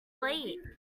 late